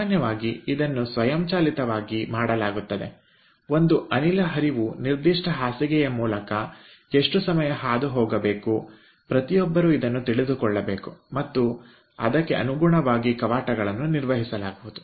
ಸಾಮಾನ್ಯವಾಗಿ ಅದನ್ನು ಸ್ವಯಂಚಾಲಿತವಾಗಿ ಮಾಡಲಾಗುತ್ತದೆ ಒಂದು ಅನಿಲದ ಹರಿವು ನಿರ್ದಿಷ್ಟ ಬೆಡ್ ನ ಮೂಲಕ ಎಷ್ಟು ಸಮಯ ಹಾದುಹೋಗಬೇಕು ಪ್ರತಿಯೊಬ್ಬರು ಇದನ್ನು ತಿಳಿದುಕೊಳ್ಳಬೇಕು ಮತ್ತು ಅದಕ್ಕೆ ಅನುಗುಣವಾಗಿ ಕವಾಟಗಳನ್ನು ನಿರ್ವಹಿಸಲಾಗುವುದು